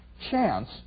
chance